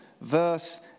verse